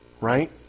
Right